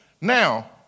Now